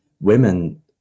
women